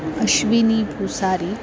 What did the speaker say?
अश्विनी भूसारी